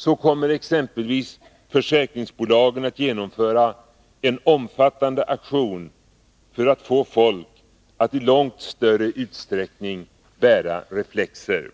Så kommer exempelvis försäkringsbolagen att genomföra en omfattande aktion för att få folk att i långt större utsträckning bära reflexer.